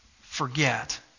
forget